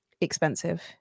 expensive